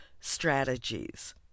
strategies